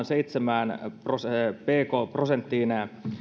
seitsemän prosenttiin